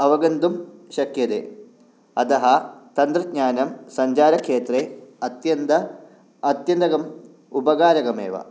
अवगन्तुं शक्यते अतः तन्त्रज्ञानं सञ्चारक्षेत्रे अत्यन्त अत्यन्तकं उपकारकमेव